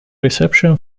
reception